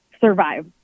survive